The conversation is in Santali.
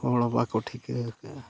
ᱦᱚᱲ ᱵᱟᱠᱚ ᱴᱷᱤᱠᱟᱹ ᱠᱟᱜᱼᱟ